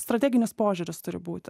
strateginis požiūris turi būti